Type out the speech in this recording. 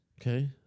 okay